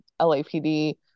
LAPD